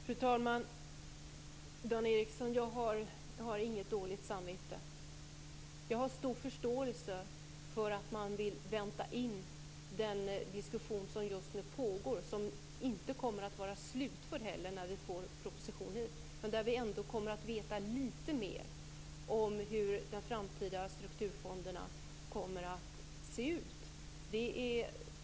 Fru talman! Jag har inget dåligt samvete, Dan Ericsson. Jag har stor förståelse för att man vill vänta in den diskussion som just nu pågår. Den kommer inte att vara slutförd när propositionen kommer till riksdagen, men vi kommer då ändå att veta litet mer om hur de framtida strukturfonderna kommer att se ut.